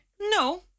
No